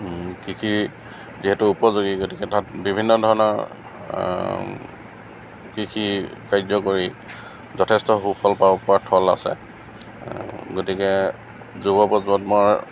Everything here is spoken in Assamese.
কৃষিৰ যিহেতু উপযোগী গতিকে তাত বিভিন্ন ধৰণৰ কৃষি কাৰ্য কৰি যথেষ্ট সুফল পাব পৰাৰ থল আছে গতিকে যুৱ প্ৰজন্মৰ